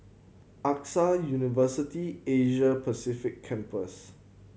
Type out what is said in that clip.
AXA University Asia Pacific Campus